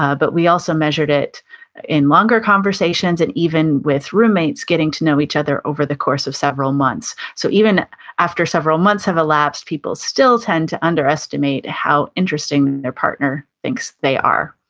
ah but we also measured it in longer conversations and even with roommates getting to know each other over the course of several months. so even after several months have elapsed, people still tend to underestimate how interesting their partner thinks thinks they are.